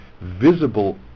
visible